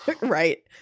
right